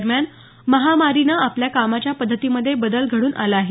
दरम्यान महामारीनं आपल्या कामाच्या पद्धतीमध्ये बदल घडून आला आहे